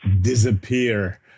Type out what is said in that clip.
disappear